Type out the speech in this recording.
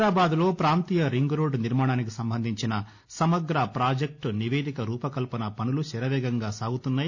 హైదరాబాద్లో ప్రాంతీయ రింగ్రోడ్డు నిర్మాణానికి సంబంధించిన సమగ్ర పాజెక్టు నివేదిక రూపకల్పన పనులు శరవేగంగా సాగుతున్నాయి